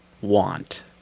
want